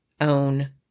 own